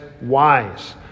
wise